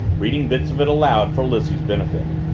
reading bits of it aloud for lizzie's benefit.